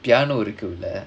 piano இருக்கு உள்ள:irukku ulla